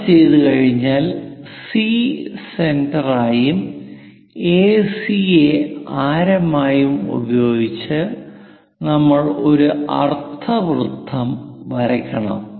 അത് ചെയ്തുകഴിഞ്ഞാൽ C centre ആയും എസി യെ ആരമായും ഉപയോഗിച്ച് നമ്മൾ ഒരു അർദ്ധവൃത്തം വരയ്ക്കണം